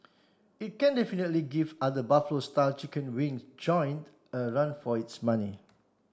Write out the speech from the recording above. it can definitely give other Buffalo style chicken wings joint a run for its money